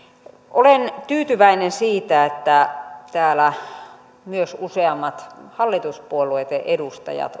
olen tyytyväinen siihen että täällä myös useammat hallituspuolueitten edustajat